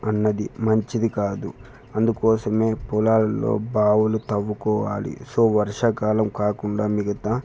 అన్నది మంచిది కాదు అందుకోసమే పొలాల్లో బావులు తవ్వుకోవాలి సో వర్షాకాలం కాకుండా మిగతా